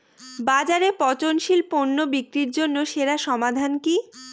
বাজারে পচনশীল পণ্য বিক্রির জন্য সেরা সমাধান কি?